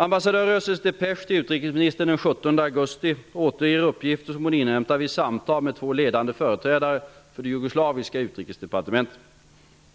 Ambassadör Rössels depesch till utrikesministern den 17 augusti återger uppgifter som hon inhämtat vid samtal med två ledande företrädare för det jugoslaviska utrikesdepartementet.